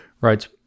writes